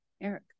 Eric